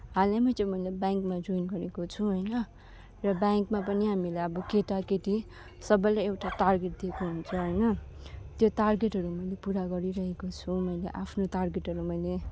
हालैमा चाहिँ मैले ब्याङ्कमा जोइन गरेको छु होइन र ब्याङ्कमा पनि हामीलाई अब केटा केटी सबैलाई एउटा तार्गेट दिएको हुन्छ होइन त्यो तार्गेटहरू मैले पुरा गरिरहेको छु मैले आफ्नो तार्गेटहरू मैले